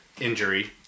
injury